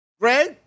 Greg